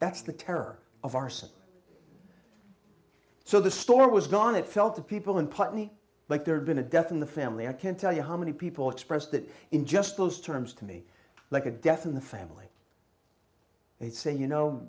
that's the terror of arson so the store was gone it felt to people in putney like there'd been a death in the family i can't tell you how many people express that in just those terms to me like a death in the family they say you know